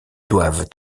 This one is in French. doit